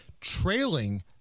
trailing